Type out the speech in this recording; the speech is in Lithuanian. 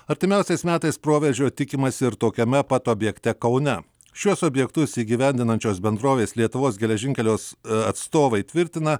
artimiausiais metais proveržio tikimasi ir tokiame pat objekte kaune šiuos objektus įgyvendinančios bendrovės lietuvos geležinkelius atstovai tvirtina